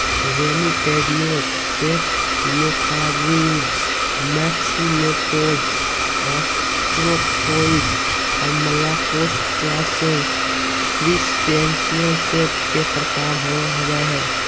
remipedes, cephalocarids, maxillopods, ostracods, और malacostracans, crustaceans के प्रकार होव हइ